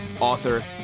author